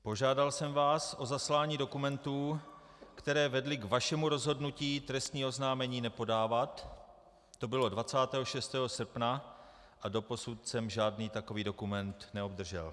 Požádal jsem vás o zaslání dokumentů, které vedly k vašemu rozhodnutí trestní oznámení nepodávat, to bylo 26. srpna, a doposud jsem žádný takový dokument neobdržel.